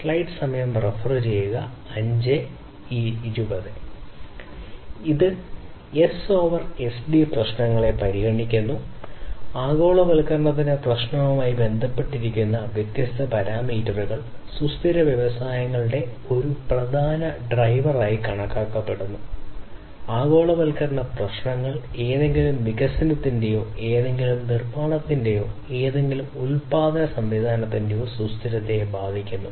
ഈ S over SD വ്യത്യസ്ത പ്രശ്നങ്ങളെ പരിഗണിക്കുന്നു ആഗോളവൽക്കരണത്തിന്റെ പ്രശ്നവുമായി ബന്ധപ്പെട്ടിരിക്കുന്ന വ്യത്യസ്ത പാരാമീറ്ററുകൾ സുസ്ഥിര വ്യവസായങ്ങളുടെ ഒരു പ്രധാന ഡ്രൈവറായി കണക്കാക്കപ്പെടുന്നു ആഗോളവൽക്കരണ പ്രശ്നങ്ങൾ ഏതെങ്കിലും വികസനത്തിന്റെയോ ഏതെങ്കിലും നിർമ്മാണത്തിന്റെയോ ഏതെങ്കിലും ഉൽപാദന സംവിധാനത്തിന്റെയോ സുസ്ഥിരതയെ ബാധിക്കുന്നു